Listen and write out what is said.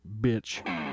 bitch